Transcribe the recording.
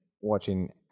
watching